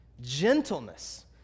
gentleness